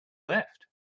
left